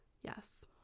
Yes